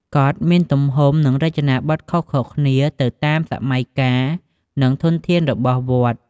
កុដិមានទំហំ និងរចនាបថខុសៗគ្នាទៅតាមសម័យកាល និងធនធានរបស់វត្ត។